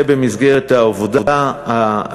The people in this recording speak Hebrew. זה במסגרת הוועדה.